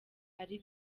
ari